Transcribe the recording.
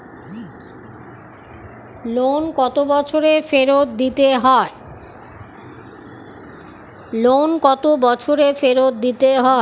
Loan কত বছরে ফেরত দিতে হয়?